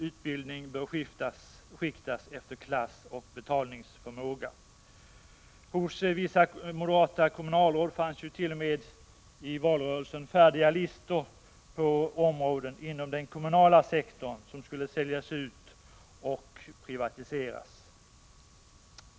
Utbildning bör skiktas efter klass och betalningsförmåga. Hos vissa moderata kommunalråd fanns ju i valrörelsen t.o.m. färdiga listor över områden inom den kommunala sektorn som skulle säljas ut och privatiseras.